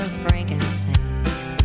frankincense